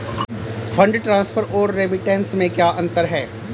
Fund transfer और remittance में क्या अंतर है?